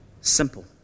simple